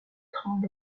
train